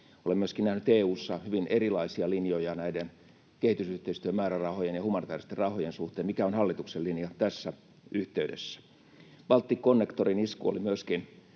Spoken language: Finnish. Olen myöskin nähnyt EU:ssa hyvin erilaisia linjoja näiden kehitysyhteistyömäärärahojen ja humanitääristen rahojen suhteen. Mikä on hallituksen linja tässä yhteydessä? Balticconnectorin isku oli myöskin